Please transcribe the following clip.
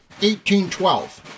1812